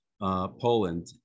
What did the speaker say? Poland